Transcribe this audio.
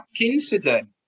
incident